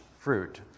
fruit